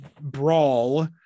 brawl